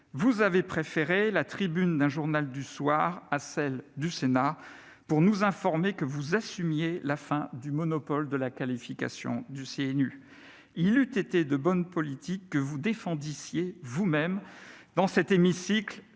vous avez préféré la tribune d'un journal du soir à celle du Sénat pour nous informer que vous assumiez la fin du monopole de la qualification par le CNU. Il eût été alors de bonne politique que vous défendissiez vous-même, dans cet hémicycle,